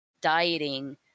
dieting